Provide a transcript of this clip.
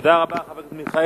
תודה רבה, חבר הכנסת מיכאלי.